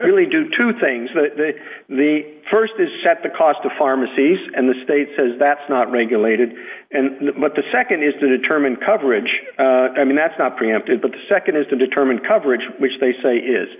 m really do two things that the st is set the cost of pharmacies and the state says that's not regulated and what the nd is to determine coverage i mean that's not preemptive but the nd is to determine coverage which they say is